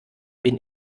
bin